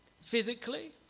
Physically